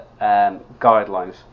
guidelines